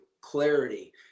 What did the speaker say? clarity